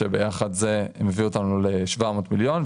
שביחד זה מביא אותנו ל-700 מיליון,